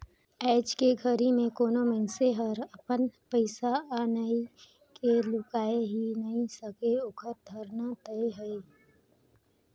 आयज के घरी मे कोनो मइनसे हर अपन पइसा अनई के लुकाय ही नइ सके ओखर धराना तय अहे